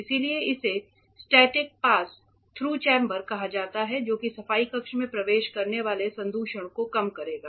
इसलिए इसे static pass through chamber कहा जाता है जो कि सफाई कक्ष में प्रवेश करने वाले संदूषण को कम करेगा